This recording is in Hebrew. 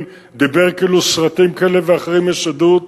דיבר כאילו בסרטים כאלה ואחרים יש עדות,